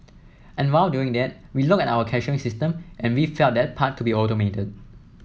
and while doing that we looked at our cashiering system and we felt that part could be automated